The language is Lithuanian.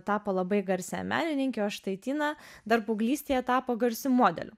tapo labai garsia menininke o štai tina dar paauglystėje tapo garsiu modeliu